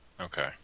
Okay